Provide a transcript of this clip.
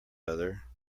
other